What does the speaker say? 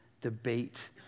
debate